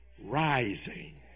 rising